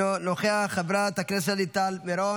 נוכח, חברת הכנסת שלי טל מירון,